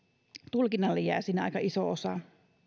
tulkinnalle jää siinä aika iso osa